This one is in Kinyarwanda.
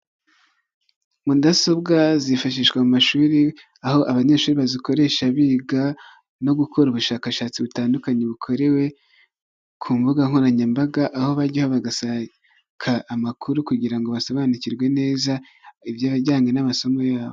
Mudasobwa zifashishwa mu amashuri aho abanyeshuri bazikoresha biga no gukora ubushakashatsi butandukanye bukorewe ku mbuga nkoranyambaga, aho bajya bagasaka amakuru kugira ngo basobanukirwe neza ibijyanye n'amasomo yabo.